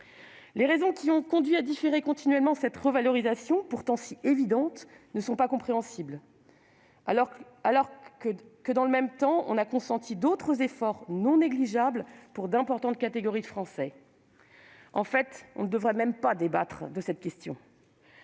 Les raisons qui ont conduit à différer continuellement cette revalorisation pourtant si évidente ne sont pas compréhensibles, alors que, dans le même temps, on a consenti d'autres efforts non négligeables pour d'importantes catégories de Français. En fait, on ne devrait même pas débattre de cette question.